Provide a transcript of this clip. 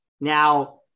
Now